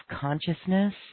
consciousness